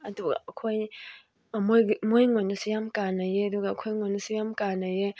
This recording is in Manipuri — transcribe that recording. ꯑꯗꯨꯒ ꯑꯩꯈꯣꯏ ꯃꯣꯏꯉꯣꯟꯗꯁꯨ ꯌꯥꯝ ꯀꯥꯟꯅꯩꯌꯩ ꯑꯗꯨꯒ ꯑꯩꯈꯣꯏꯉꯣꯟꯗꯁꯨ ꯌꯥꯝ ꯀꯥꯟꯅꯩꯌꯦ